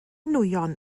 nwyon